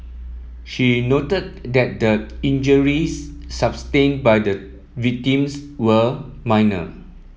she noted that the injuries sustained by the victims were minor